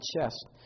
chest